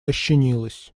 ощенилась